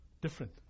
different